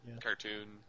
cartoon